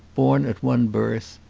born at one birth,